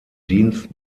dienst